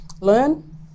learn